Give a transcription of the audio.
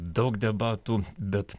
daug debatų bet